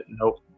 nope